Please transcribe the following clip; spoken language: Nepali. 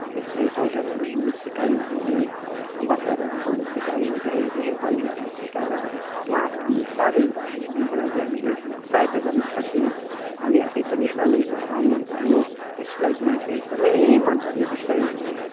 यस्तै स्वेटरहरू बुन्नु सिकायौँ हामीले मफ्लरहरू बुन्नु सिकायो धेरै धेरै बहिनीहरूलाई सिकाएर उहाँहरूलाई पनि स्वनिर्भर हुनको लागि हामीले सहायता गर्नुसक्यौँ हामी आफै पनि स्वनिर्भर भयौँ भयौँ यो सिलाइ बुनाइ चाहिँ एकदमै मनपर्ने विषय हो